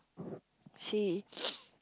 she